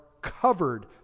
covered